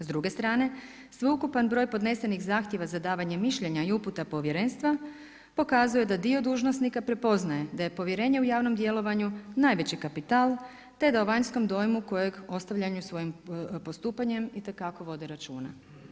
S druge strane, sveukupan broj podnesenih zahtjeva za davanje mišljenja i uputa povjerenstva pokazuje da dio dužnosnika prepoznaje da je povjerenje u javnom djelovanju najveći kapital te da u vanjskom dojmu kojeg ostavljaju svojim postupanjem, itekako vode računa.